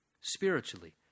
spiritually